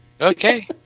Okay